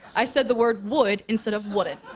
i said the word would instead of wouldn't.